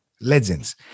Legends